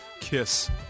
kiss